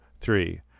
three